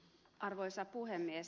arvoisa puhemies